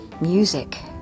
Music